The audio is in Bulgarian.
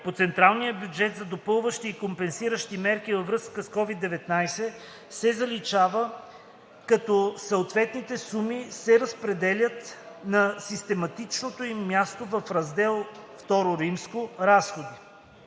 По централния бюджет за допълващи и компенсиращи мерки във връзка с COVID 19 – се заличава, като съответните суми се разпределят на систематичното им място в раздел II. Разходи.“